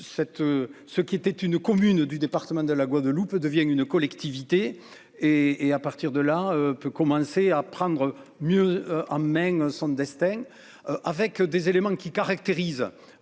Ce qui était une commune, du département de la Guadeloupe devient une collectivité et et à partir de là, peut commencer à prendre mieux en main son destin avec des éléments qui caractérisent.